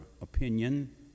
opinion